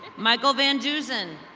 michael van doozen.